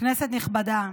כנסת נכבדה,